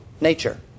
nature